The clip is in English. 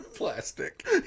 Plastic